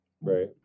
Right